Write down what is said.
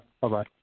Bye-bye